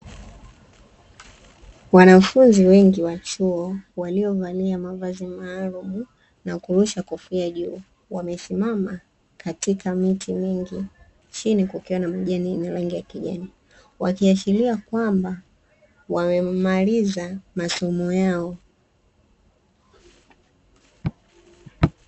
Wanafunzi wengi wa chuo, waliovalia mavazi maalumu na kurusha kofia juu, wamesimama katika miti mingi chini kukiwa na majani yenye rangi ya kijani, wakiashiria kwamba wamemaliza masomo yao.